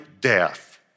death